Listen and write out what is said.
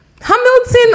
hamilton